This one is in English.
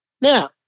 Now